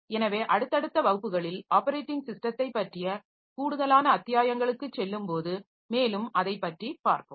எனவே அடுத்தடுத்த வகுப்புகளில் ஆப்பரேட்டிங் ஸிஸ்டத்தைப் பற்றிய கூடுதலான அத்தியாயங்களுக்குச் செல்லும்போது மேலும் அதைப் பற்றி பார்ப்போம்